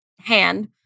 hand